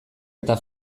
eta